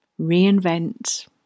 reinvent